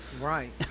Right